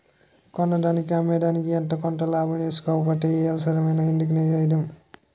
కొన్నదానికి అమ్ముకునేదికి ఎంతో కొంత లాభం ఏసుకోకపోతే ఏ ఏపారమైన ఎందుకు సెయ్యడం?